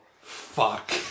Fuck